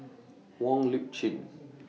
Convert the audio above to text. Wong Lip Chin